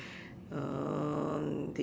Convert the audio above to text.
um